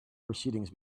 proceedings